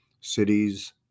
cities